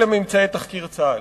אלה ממצאי תחקיר צה"ל.